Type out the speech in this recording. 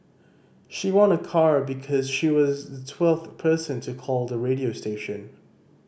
she won a car because she was the twelfth person to call the radio station